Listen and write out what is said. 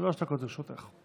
שלוש דקות לרשותך.